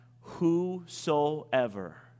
whosoever